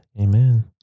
amen